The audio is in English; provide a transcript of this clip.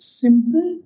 simple